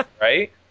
right